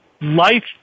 life